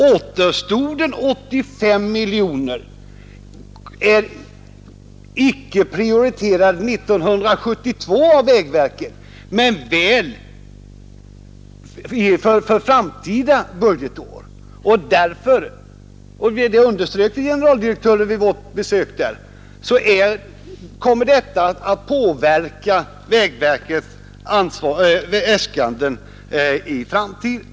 Återstoden, 85 miljoner kronor, har vägverket icke prioriterat för 1972 men väl för framtida budgetår. Och det kommer att påverka vägverkets äskanden i framtiden, vilket också generaldirektören underströk vid vårt besök.